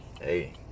hey